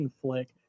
flick